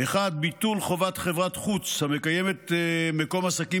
1. ביטול חובת חברת חוץ המקיימת מקום עסקים